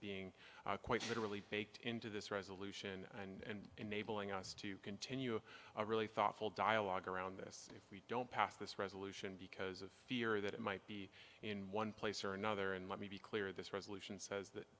being quite literally baked into this resolution and enabling us to continue a really thoughtful dialogue around this if we don't pass this resolution because of fear that it might be in one place or another and let me be clear this resolution says that